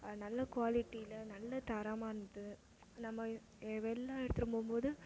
நல்ல குவாலிடியில் நல்ல தரமாக இருந்தது நம்ம வெளில எடுத்துகிட்டு போகும்போது